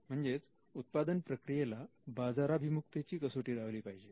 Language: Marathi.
म्हणजेच उत्पादन प्रक्रियेला बाजाराभिमुखते ची कसोटी लावली पाहिजे